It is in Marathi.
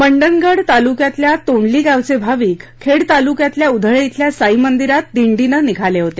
मंडणगड तालुक्यातल्या तोंडली गावचे भाविक खेड तालुक्यातल्या उधळे झेल्या साई मंदिरात दिंडीनं निघाले होते